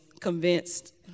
convinced